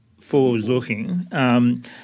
forward-looking